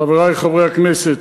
חברי חברי הכנסת,